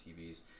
TVs